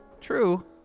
True